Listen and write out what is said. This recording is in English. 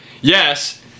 yes